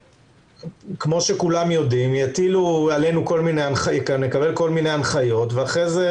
כפי שכולם יודעים, נקבל כל מיני הנחיות ואחרי זה